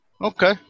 okay